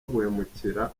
guhemukira